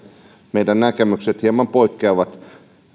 meidän näkemyksemme ehkä hieman poikkeavat